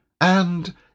And